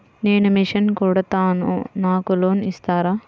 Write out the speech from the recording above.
నేను మిషన్ కుడతాను నాకు లోన్ ఇస్తారా?